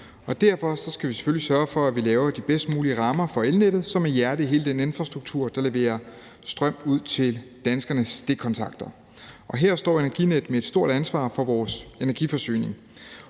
selvfølgelig sørge for, at vi laver de bedst mulige rammer for elnettet, som er hjertet i hele den infrastruktur, der leverer strøm ud til danskernes stikkontakter. Og her står Energinet med et stort ansvar for vores energiforsyning.